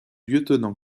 lieutenant